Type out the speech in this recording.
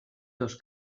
dos